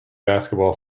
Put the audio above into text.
basketball